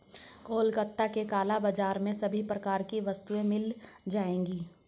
कोलकाता के काला बाजार में सभी प्रकार की वस्तुएं मिल जाएगी